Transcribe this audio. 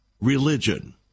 religion